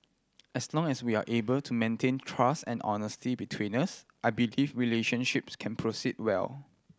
as long as we are able to maintain trust and honesty between us I believe relationships can proceed well